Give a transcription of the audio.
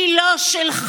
היא לא שלך.